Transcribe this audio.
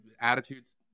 attitudes